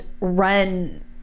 run